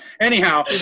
Anyhow